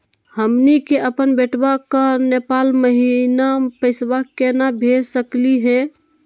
हमनी के अपन बेटवा क नेपाल महिना पैसवा केना भेज सकली हे?